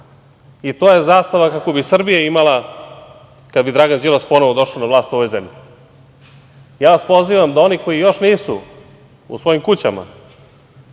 To je zastava kakvu bi Srbija imala kada bi Dragan Đilas ponovo došao na vlast u ovoj zemlji. Pozivam vas da oni koji još nisu u svojim kućama